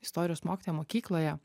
istorijos mokytoja mokykloje